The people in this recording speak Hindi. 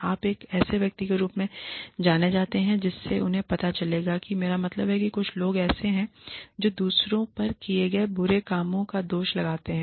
आप एक ऐसे व्यक्ति के रूप में जाने जाते हैं जिससे उन्हें पता चलेगा कि मेरा मतलब है कि कुछ लोग ऐसे हैं जो दूसरों पर किए गए बुरे कामों का दोष लगाते हैं